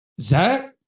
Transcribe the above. zach